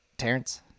Terrence